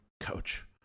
coach